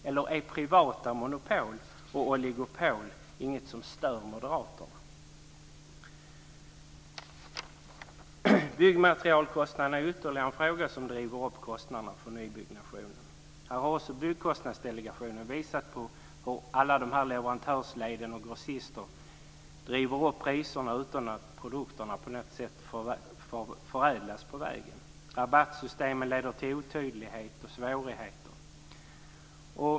Eller är privata monopol och oligopol inget som stör moderaterna? Byggmaterialkostnaderna är alltså ytterligare en sak som driver upp kostnaderna för nybyggnation. Byggkostnadsdelegationen har visat på hur alla leverantörsled och grossister driver upp priserna utan att produkterna på något sätt förädlas på vägen. Rabattsystemen leder till otydlighet och till svårigheter.